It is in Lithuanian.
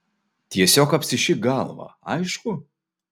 tiesiog apsišik galvą aišku